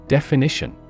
Definition